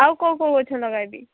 ଆଉ କୋଉ କୋଉ ଗଛ ଲଗାଇବି